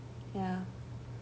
ya